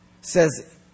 says